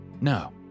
No